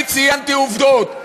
אני ציינתי עובדות.